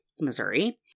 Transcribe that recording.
Missouri